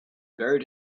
buried